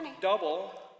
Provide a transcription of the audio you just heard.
double